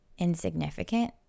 insignificant